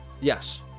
yes